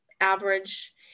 average